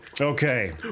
Okay